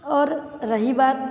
और रही बात